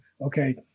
Okay